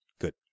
good